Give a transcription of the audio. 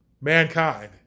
mankind